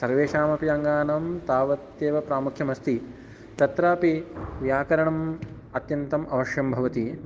सर्वेषामपि अङ्गानां तावत्येव प्रामुख्यम् अस्ति तत्रापि व्याकरणम् अत्यन्तम् अवश्यं भवति